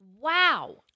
Wow